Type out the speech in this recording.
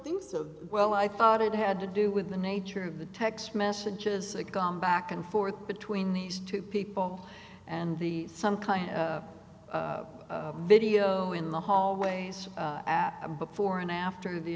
think so well i thought it had to do with the nature of the text messages that gone back and forth between these two people and the some kind of video in the hallways of a before and after the